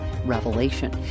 Revelation